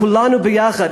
כולנו יחד,